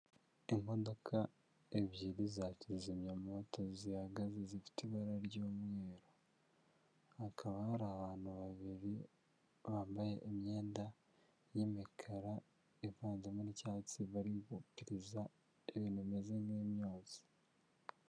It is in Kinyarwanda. Imodoka ebyiri za kizimyamoto zihagaze zifite ibara ry'umweru hakaba hari abantu babiri bambaye imyenda y'imikara ivanzemo n'icyatsi bari gupiriza ibintu bimeze nk'imyotsi.